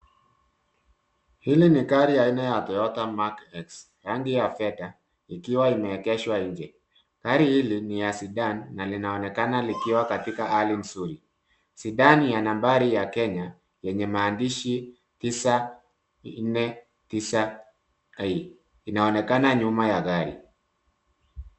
Hii ni gari aina ya Toyota Mark X rangi ya fedha ikiwa imeegeshwa nje. Gari hili ni ya Sedan na linaonekana likiwa katika hali nzuri. Sedan ya nambari ya Kenya lenye maandishi 949E inaonekana nyuma ya gari.